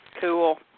Cool